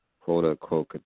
quote-unquote